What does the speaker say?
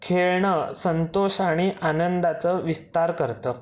खेळणं संतोष आणि आनंदाचं विस्तार करतं